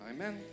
Amen